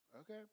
Okay